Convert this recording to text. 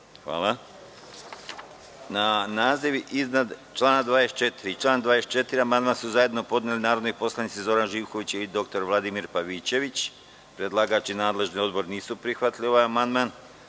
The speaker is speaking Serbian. Hvala. Na naziv iznad člana 24. i član 24. amandman su zajedno podneli narodni poslanici Zoran Živković i dr Vladimir Pavićević. Predlagač i nadležni odbor nisu prihvatili ovaj amandman. Odbor